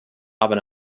aber